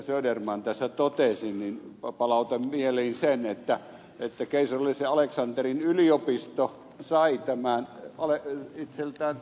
söderman tässä totesi niin palautan mieliin sen että keisarillinen aleksanterin yliopisto sai itseltään suurruhtinaalta tämän erioi keuden